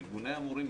ארגוני המורים,